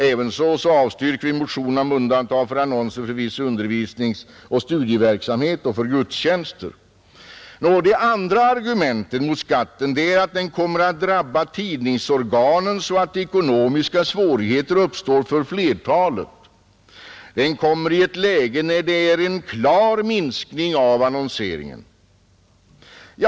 Ävenså avstyrker vi motionerna om undantag för annonser för viss undervisningsoch studieverksamhet och för gudstjänster. Det andra argumentet mot skatten är att den kommer att drabba tidningsorganen så att ekonomiska svårigheter uppstår för flertalet. Den kommer i ett läge när det är en klar minskning av annonseringen, heter det.